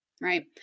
Right